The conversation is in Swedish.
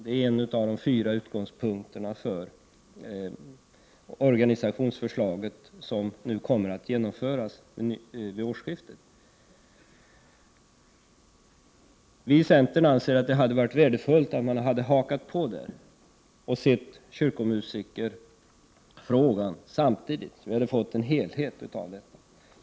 Detta är en av de fyra utgångspunkterna för organisationsförslaget, som kommer att genomföras vid årsskiftet. Vi i centern anser att det hade varit värdefullt om man hakat på denna utredning och samtidigt sett på kyrkomusikerfrågan. Då hade vi fått en helhet.